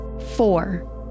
Four